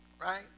right